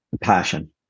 Passion